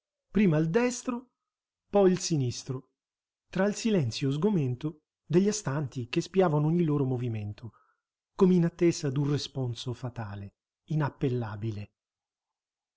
prima il destro poi il sinistro tra il silenzio sgomento degli astanti che spiavano ogni loro movimento come in attesa d'un responso fatale inappellabile